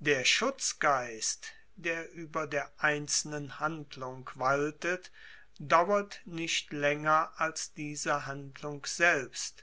der schutzgeist der ueber der einzelnen handlung waltet dauert nicht laenger als diese handlung selbst